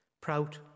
Prout